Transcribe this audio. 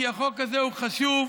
כי החוק הזה הוא חשוב,